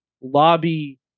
lobby